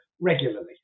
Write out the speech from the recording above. regularly